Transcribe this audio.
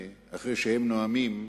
אחרי שהם נואמים,